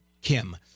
Kim